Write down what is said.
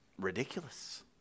ridiculous